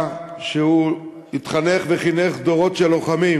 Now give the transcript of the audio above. שהוא התחנך וחינך עליהן דורות של לוחמים,